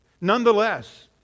Nonetheless